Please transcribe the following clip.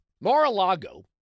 Mar-a-Lago